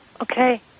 Okay